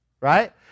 Right